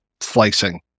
slicing